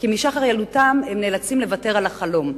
כי משחר ילדותם הם נאלצים לוותר על החלום,